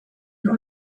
dans